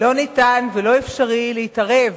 לא ניתן ולא אפשרי להתערב